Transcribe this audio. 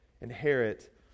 inherit